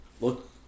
look